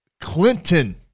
Clinton